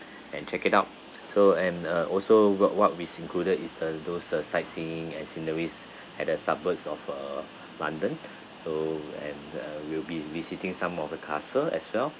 and check it out so and uh also what what is included is uh those uh sightseeing and sceneries at the suburbs of uh london so and uh we'll be visiting some of the castle as well